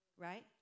Right